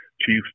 chiefs